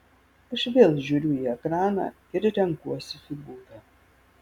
aš vėl žiūriu į ekraną ir renkuosi figūrą